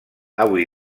avui